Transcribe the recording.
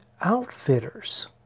Outfitters